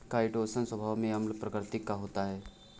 chitosan स्वभाव में अम्ल प्रकृति का होता है